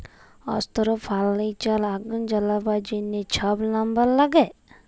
অস্ত্র, ফার্লিচার, আগুল জ্বালাবার জ্যনহ ছব লাম্বার ল্যাগে